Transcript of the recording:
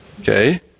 Okay